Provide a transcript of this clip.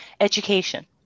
education